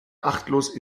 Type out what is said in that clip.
achtlos